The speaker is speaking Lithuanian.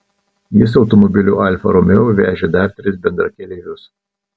jis automobiliu alfa romeo vežė dar tris bendrakeleivius